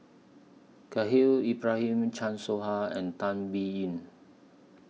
Khahil Ibrahim Chan Soh Ha and Tan Biyun